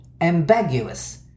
Ambiguous